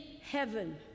heaven